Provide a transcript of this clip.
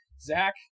Zach